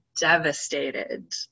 devastated